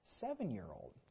seven-year-old